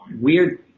weird